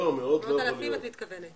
מאות אלפים את מתכוונת?